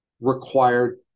required